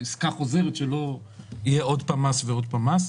בעסקה חוזרת לא יהיה עוד פעם מס ועוד פעם מס.